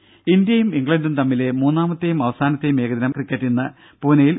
രുര ഇന്ത്യയും ഇംഗ്ലണ്ടും തമ്മിലെ മൂന്നാമത്തെയും അവസാനത്തെയും ഏകദിന ക്രിക്കറ്റ് ഇന്ന് പൂനെയിൽ